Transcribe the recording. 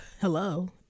Hello